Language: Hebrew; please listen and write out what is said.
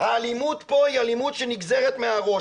האלימות פה היא אלימות שנגזרת מהראש.